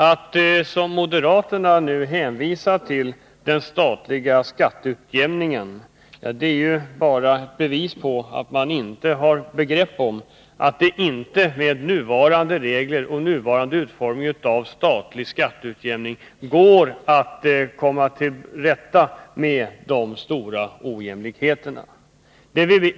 När moderaterna nu hänvisar till den statliga skatteutjämningen visar det bara att man inte har begrepp om att det med nuvarande regler för och nuvarande utformning av statlig skatteutjämning inte går att komma till rätta med de stora ojämlikheterna.